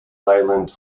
leyland